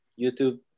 YouTube